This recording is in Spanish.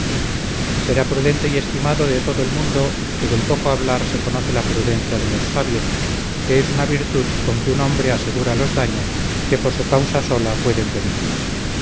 será prudente y estimado de todo el mundo que del poco hablar se conoce la prudencia de los sabios que es una virtud con que un hombre asegura los daños que por su causa sola pueden venir